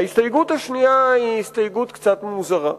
ההסתייגות השנייה היא הסתייגות קצת מוזרה.